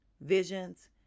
visions